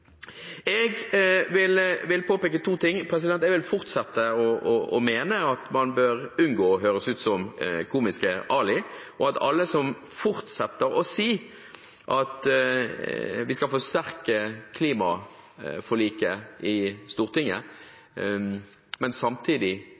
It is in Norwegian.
Jeg vil påpeke to ting. Jeg vil fortsette å mene at man bør unngå å høres ut som Komiske Ali. Alle som fortsetter å si at vi skal forsterke klimaforliket i Stortinget,